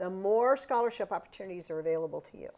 the more scholarship opportunities are available to you